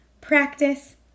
practice